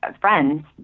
friends